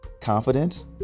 confidence